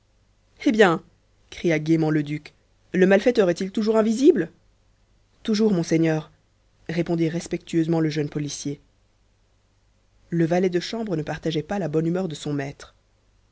eh bien cria gaiement le duc le malfaiteur est-il toujours invisible toujours monseigneur répondit respectueusement le jeune policier le valet de chambre ne partageait pas la bonne humeur de son maître